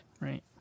Right